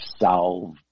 solve